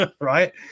right